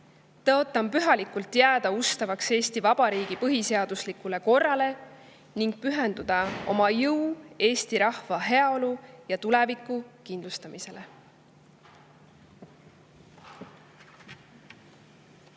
Tõotan pühalikult jääda ustavaks Eesti Vabariigi põhiseaduslikule korrale ning pühendada oma jõu eesti rahva heaolu ja tuleviku kindlustamisele.